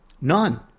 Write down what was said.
None